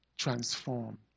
transform